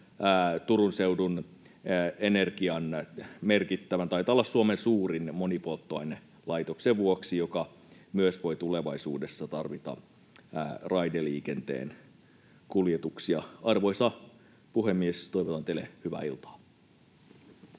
Turun Seudun Energian merkittävän — taitaa olla Suomen suurin — monipolttoainelaitoksen vuoksi, joka myös voi tulevaisuudessa tarvita raideliikenteen kuljetuksia. Arvoisa puhemies! Toivotan teille hyvää iltaa.